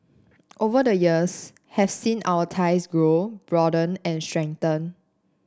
over the years have seen our ties grow broaden and strengthen